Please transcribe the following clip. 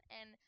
and-